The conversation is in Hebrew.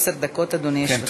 עשר דקות, אדוני, לרשותך.